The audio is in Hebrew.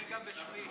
בבקשה.